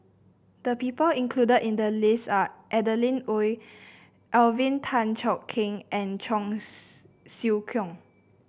the people included in the list are Adeline Ooi Alvin Tan Cheong Kheng and Cheong Siew Keong